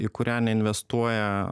į kurią neinvestuoja